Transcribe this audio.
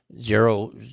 Zero